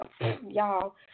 y'all